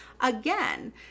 again